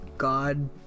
God